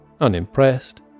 Unimpressed